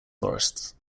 forests